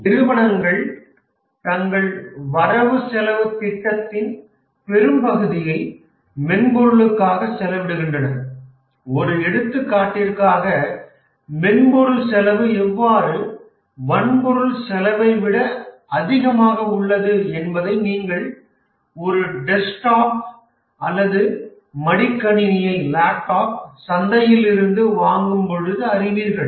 நிறுவனங்கள் தங்கள் வரவுசெலவுத் திட்டத்தின் பெரும்பகுதியை மென்பொருளுக்காக செலவிடுகின்றன ஒரு எடுத்துகாட்டிற்க்காக மென்பொருள் செலவு எவ்வாறு வன்பொருள் செலவை விட அதிகமாக உள்ளது என்பதை நீங்கள் ஒரு டெஸ்க்டாப் அல்லது மடிக்கணினியைப் சந்தையில் இருந்து வாங்கும் பொழுது அறிவீர்கள்